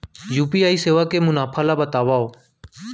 UPI सेवा के मुनाफा ल बतावव?